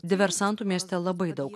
diversantų mieste labai daug